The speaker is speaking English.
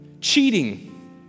Cheating